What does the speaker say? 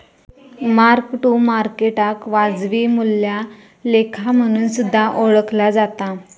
mark to मार्केटाक वाजवी मूल्या लेखा म्हणून सुद्धा ओळखला जाता